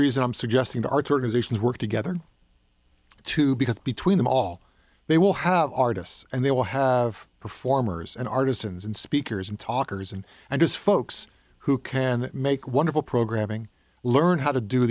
reason i'm suggesting the arts organizations work together too because between them all they will have artists and they will have performers and artisans and speakers and talkers and and just folks who can make wonderful programming learn how to do